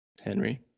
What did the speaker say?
Henry